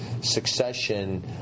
succession